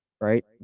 right